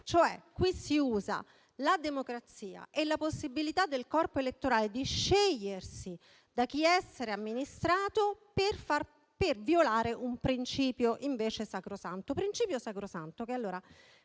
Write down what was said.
qui si usa la democrazia e la possibilità del corpo elettorale di scegliere da chi essere amministrato per violare un principio invece sacrosanto. Avete la